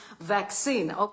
vaccine